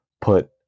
put